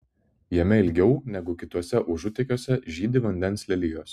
jame ilgiau negu kituose užutėkiuose žydi vandens lelijos